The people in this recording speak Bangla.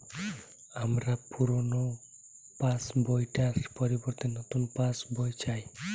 আমার পুরানো পাশ বই টার পরিবর্তে নতুন পাশ বই চাই